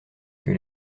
que